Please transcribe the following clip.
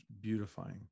beautifying